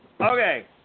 Okay